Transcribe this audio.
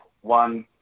one